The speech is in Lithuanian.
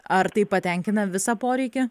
ar tai patenkina visą poreikį